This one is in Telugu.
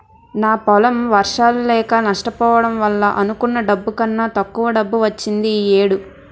నా పొలం వర్షాలు లేక నష్టపోవడం వల్ల అనుకున్న డబ్బు కన్నా తక్కువ డబ్బు వచ్చింది ఈ ఏడు